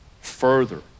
further